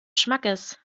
schmackes